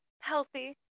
healthy